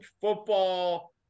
football